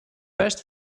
best